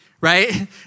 right